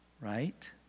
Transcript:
right